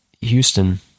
Houston